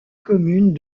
communes